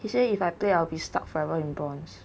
he say if I play I'll be stuck forever in bronze